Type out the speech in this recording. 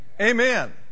Amen